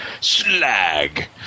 SLAG